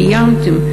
קיימתם.